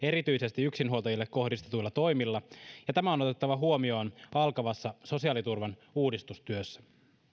erityisesti yksinhuoltajille kohdistetuilla toimilla ja tämä on otettava huomioon alkavassa sosiaaliturvan uudistustyössä